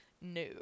No